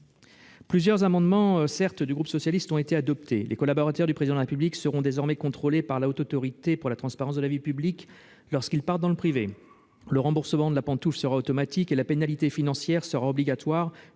plusieurs amendements du groupe socialiste ont été adoptés. Les collaborateurs du Président de la République seront désormais contrôlés par la Haute autorité pour la transparence de la vie publique, lorsqu'ils partent dans le privé. Le remboursement de la « pantoufle » sera automatique. La pénalité financière sera obligatoire